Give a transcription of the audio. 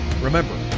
Remember